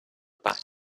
back